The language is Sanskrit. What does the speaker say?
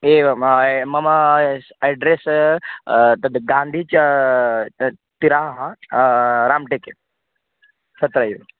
एवं मम अड्रेस् तद् गान्धिः च तिराह् राम्टेके तत्रैव